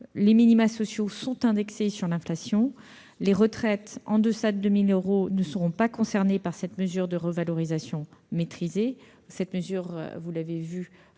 Les minima sociaux sont indexés sur l'inflation. Les retraites en deçà de 2 000 euros ne seront pas concernées par cette mesure de revalorisation maîtrisée, dont vous avez